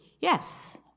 Yes